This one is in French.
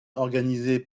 organisée